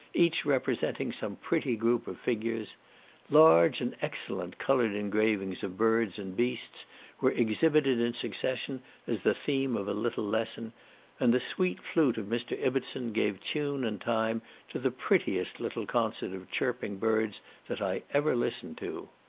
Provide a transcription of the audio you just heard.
each representing some pretty group of figures large and excellent coloured engravings of birds and beasts were exhibited in succession as the theme of a little lesson and the sweet flute of mr. ibbertson gave tune and time to the prettiest little concert of chirping birds that i ever listened to.